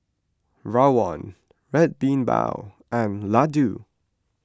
Rawon Red Bean Bao and Laddu